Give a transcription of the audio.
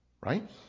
Right